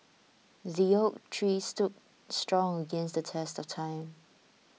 the oak tree stood strong against the test of time